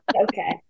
Okay